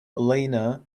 elena